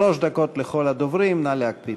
שלוש דקות לכל הדוברים, נא להקפיד.